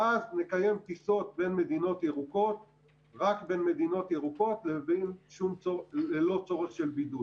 ואז נקיים טיסות רק בין מדינות ירוקות ללא צורך של בידוד.